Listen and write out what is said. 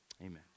amen